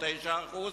9%,